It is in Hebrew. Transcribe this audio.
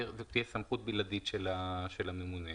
סמכות בלעדית של הממונה.